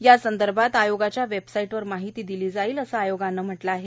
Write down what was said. यासंदर्भात आयोगाच्या वेबसाइटवर माहिती दिली जाईल असं आयोगानं म्हटलं आहे